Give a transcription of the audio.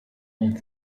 and